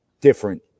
different